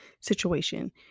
situation